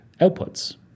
outputs